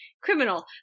criminal